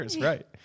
right